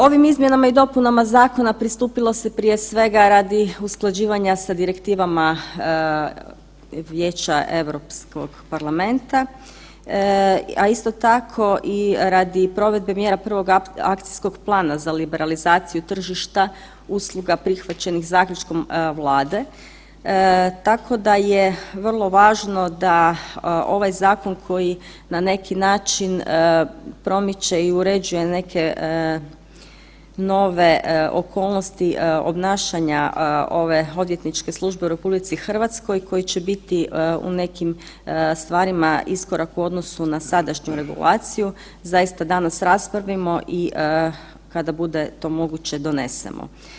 Ovim izmjenama i dopunama zakona pristupilo se prije svega radi usklađivanja sa direktivama Vijeća Europskog parlamenta, a isto i radi provedbe mjera prvog akcijskog plana za liberalizaciju tržišta usluga prihvaćenih zaključkom Vlade, tako da je vrlo važno da ovaj zakon koji na neki način promiče i uređuje neke nove okolnosti obnašanja ove odvjetničke službe u RH koje će biti u nekim stvarima iskorak u odnosu na sadašnju regulaciju zaista danas raspravimo i kada to bude moguće donesemo.